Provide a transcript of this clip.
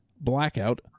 blackout